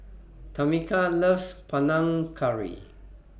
Tameka loves Panang Curry